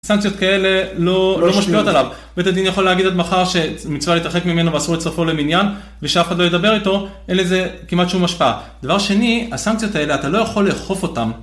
סנקציות כאלה לא משפיעות עליו, בית הדין יכול להגיד עד מחר שמצווה להתרחק ממנו ואסור לצרפו למניין ושאף אחד לא ידבר איתו, אין לזה כמעט שום השפעה, דבר שני הסנקציות האלה אתה לא יכול לאכוף אותם